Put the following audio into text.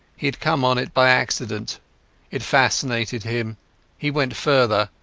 he had come on it by accident it fascinated him he went further,